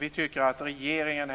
Vi tycker att regeringen